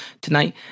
tonight